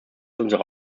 unsere